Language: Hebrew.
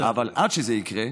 אבל עד שזה יקרה,